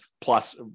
plus